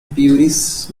puris